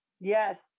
yes